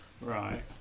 Right